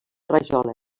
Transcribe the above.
rajola